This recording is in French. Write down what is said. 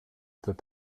peut